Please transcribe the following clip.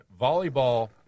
volleyball